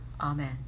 Amen